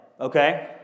okay